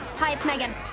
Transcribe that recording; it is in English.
hi, it's megan.